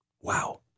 Wow